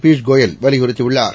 பியூஷ் கோயல் வலியுறுத்தியுள்ளார்